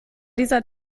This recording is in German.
dieser